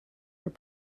were